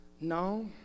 no